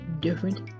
different